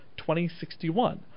2061